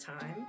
time